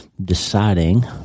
deciding